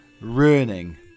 ruining